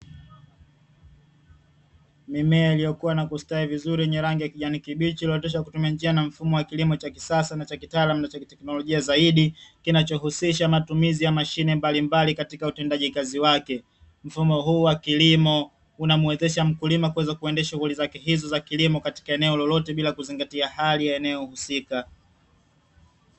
Mimea iliyokua na kustawi vizuri yenye rangi ya kijani kibichi, iliyooteshwa kwa kutumia njia na mfumo wa kilimo cha kisasa na cha kitaalamu na cha kiteknolojia zaidi, kinachohusisha matumizi ya mashine mbalimbali katika utendaji kazi wake. Mfumo huu wa kilimo unamuwezesha mkulima kuweza kuendesha shughuli zake hizo za kilimo katika eneo lolote bila kuzingatia hali ya eneo husika.